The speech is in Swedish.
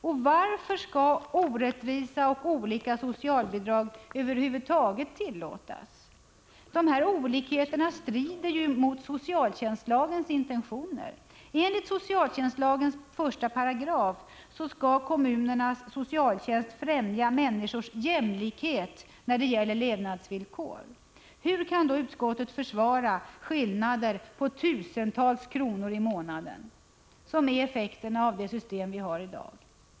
Och varför skall orättvisa och olika socialbidrag över huvud taget tillåtas? Dessa olikheter strider ju mot socialtjänstlagens intentioner. Enligt 1 § socialtjänstlagen skall kommunernas socialtjänst främja människors jämlikhet när det gäller levnadsvillkor. Hur kan då utskottet försvara skillnader på tusentals kronor i månaden, som effekten blir av det system vi har i dag?